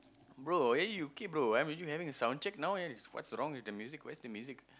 bro eh you okay bro uh are you having a sound check now what's wrong with the music where's the music